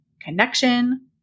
connection